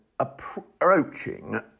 approaching